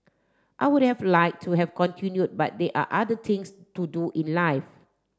I would have like to have continued but they are other things to do in life